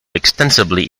extensively